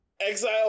Exile